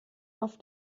auf